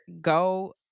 Go